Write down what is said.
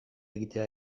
egitea